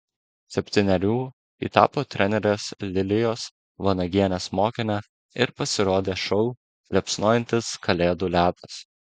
septynerių ji tapo trenerės lilijos vanagienės mokine ir pasirodė šou liepsnojantis kalėdų ledas